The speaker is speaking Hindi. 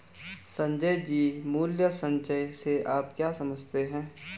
संजय जी, मूल्य संचय से आप क्या समझते हैं?